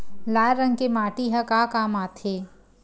लाल रंग के माटी ह का काम आथे?